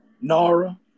NARA